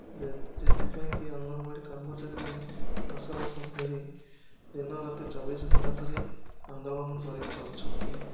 ଯେ ଯେଉଁଥିପାଇଁକି ଅନଙ୍ଗବାଡ଼ି କର୍ମଚାରୀମାନେ ମାସ ମାସ ଧରି ଦିନରାତି ଚବିଶ ଘଣ୍ଟା ଧରି ଆନ୍ଦୋଳନ କରି ଚାଲୁଛନ୍ତି